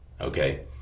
okay